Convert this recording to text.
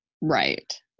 Right